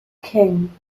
king